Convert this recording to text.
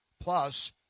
plus